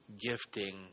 gifting